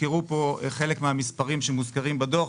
הוזכרו פה חלק מהמספרים שמוזכרים בדוח.